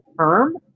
term